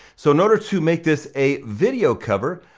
so in order to make this a video cover,